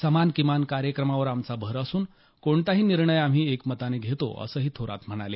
समान किमान कार्यक्रमावर आमचा भर असून कोणताही निर्णय आम्ही एकमतानं घेतो असं ही थोरात म्हणाले